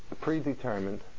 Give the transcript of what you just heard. predetermined